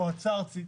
במועצה ארצית